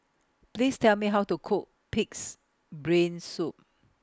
Please Tell Me How to Cook Pig'S Brain Soup